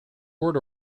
word